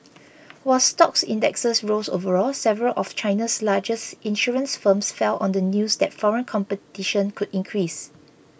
while stock indexes rose overall several of China's largest insurance firms fell on the news that foreign competition could increase